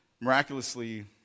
miraculously